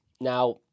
Now